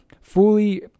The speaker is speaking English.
fully